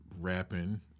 rapping